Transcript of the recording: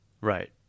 Right